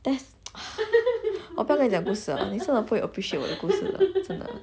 that's 我不要跟你讲故事了你真的不会 appreciate 我的故事的真的